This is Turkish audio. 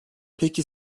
peki